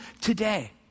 today